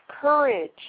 courage